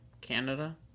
Canada